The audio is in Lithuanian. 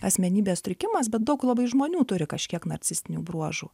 asmenybės sutrikimas bet daug labai žmonių turi kažkiek narcisistinių bruožų